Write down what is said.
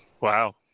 wow